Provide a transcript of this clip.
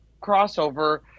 crossover